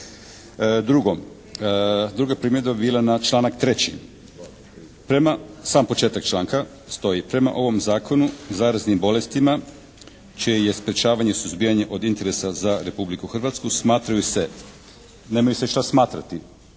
Drugo, druga primjedba bi bila na članak 3. Sam početak članka stoji: "Prema ovom Zakonu zarazne bolesti čije je sprječavanje i suzbijanje od interesa za Republiku Hrvatsku smatraju se.", nemaju se šta smatrati